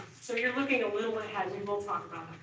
so you're looking a little but ahead, we will talk